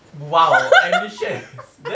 !wow! ambitious